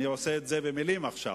אני עושה את זה במלים עכשיו,